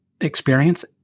experience